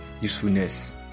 usefulness